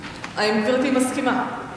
האם גברתי מסכימה?